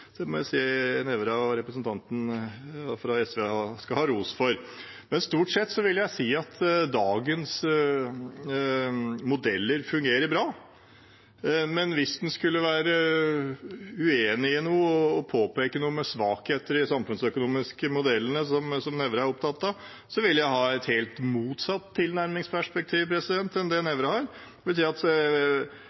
Det skal representanten Nævra fra SV ha ros for. Stort sett vil jeg si at dagens modeller fungerer bra. Men hvis en skulle være uenig i noe og påpeke noen svakheter i de samfunnsøkonomiske modellene som Nævra er opptatt av, vil jeg ha et helt motsatt tilnærmingsperspektiv enn det Nævra har.